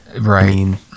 Right